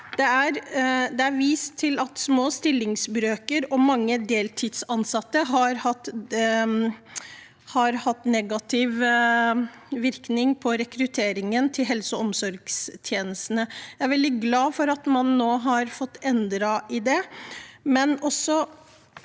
Det er vist til at små stillingsbrøker og mange deltidsansatte har hatt negativ virkning på rekrutteringen til helse- og omsorgstjenestene. Jeg er veldig glad for at man nå har fått endret på det,